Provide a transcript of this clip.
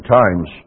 times